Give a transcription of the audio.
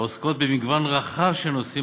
והן עוסקות במגוון רחב של נושאים,